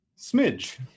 Smidge